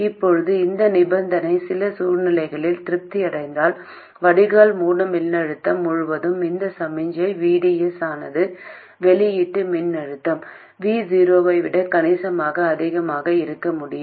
இப்போது இந்த நிபந்தனை சில சூழ்நிலைகளில் திருப்தி அடைந்தால் வடிகால் மூல மின்னழுத்தம் முழுவதும் இந்த சமிக்ஞை VDS ஆனது வெளியீட்டு மின்னழுத்தம் V0 ஐ விட கணிசமாக அதிகமாக இருக்க முடியும்